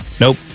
Nope